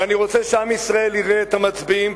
ואני רוצה שעם ישראל יראה את המצביעים,